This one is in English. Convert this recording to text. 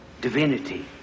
Divinity